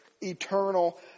eternal